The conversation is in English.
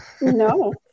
No